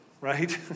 right